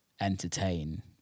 entertain